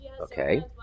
okay